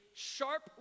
Sharp